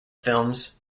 films